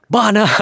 Bana